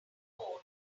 here